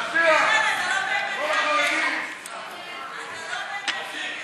להסיר מסדר-היום את הצעת חוק-יסוד: הכנסת (תיקון,